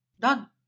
Done